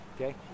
okay